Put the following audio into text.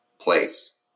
place